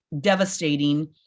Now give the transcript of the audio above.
devastating